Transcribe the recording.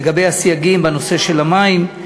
לגבי הסייגים בנושא של המים.